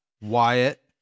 Wyatt